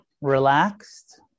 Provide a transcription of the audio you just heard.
relaxed